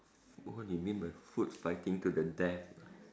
what you mean by food fighting to the death